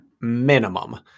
Minimum